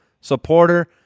supporter